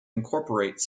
incorporate